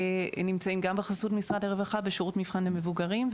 נמצאים גם בחסות משרד הרווחה בשירות מבחן למבוגרים,